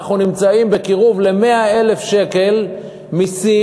אנחנו נמצאים קרוב ל-100,000 שקל מסים